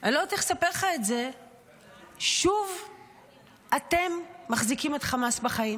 אני לא יודעת איך לספר לך את זה שוב אתם מחזיקים את חמאס בחיים,